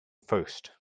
first